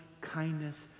kindness